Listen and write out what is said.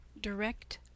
Direct